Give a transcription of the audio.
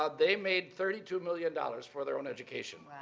ah they made thirty two million dollars for their own education.